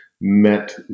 met